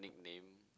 nickname